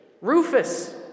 Rufus